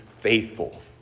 faithful